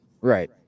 Right